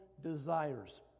desires